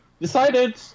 decided